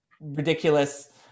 ridiculous